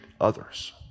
others